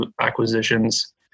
acquisitions